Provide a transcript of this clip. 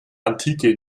antike